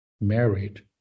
married